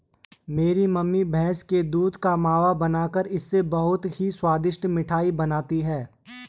मेरी मम्मी भैंस के दूध का मावा बनाकर इससे बहुत ही स्वादिष्ट मिठाई बनाती हैं